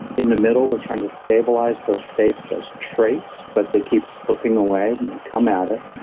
in the middle we're trying to stabilize those states as traits, but they keep slipping away when we come at it.